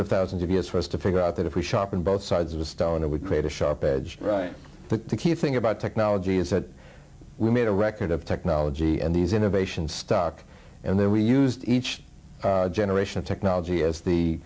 of thousands of years for us to figure out that if we shop in both sides of a stone it would create a sharp edge right but the key thing about technology is that we made a record of technology and these innovations stuck and then we used each generation of technology as the